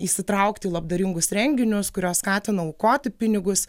įsitraukt į labdaringus renginius kurios skatina aukoti pinigus